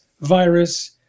virus